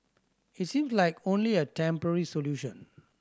it seems like only a temporary solution